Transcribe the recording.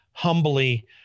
humbly